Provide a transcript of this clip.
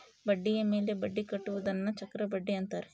ಬಡ್ಡಿಯ ಮೇಲೆ ಬಡ್ಡಿ ಕಟ್ಟುವುದನ್ನ ಚಕ್ರಬಡ್ಡಿ ಅಂತಾರೆ